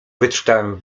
wyczytałem